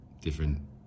different